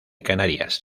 canarias